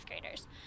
graders